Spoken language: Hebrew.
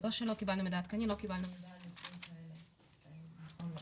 לא שלא קיבלנו מידע עדכני, לא קיבלנו מידע.